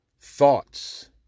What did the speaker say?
thoughts